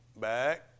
back